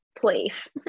place